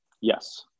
Yes